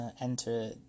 enter